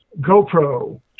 GoPro